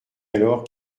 alors